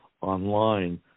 online